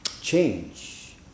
change